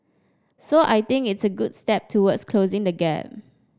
so I think it's a good step towards closing the gap